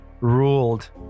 ruled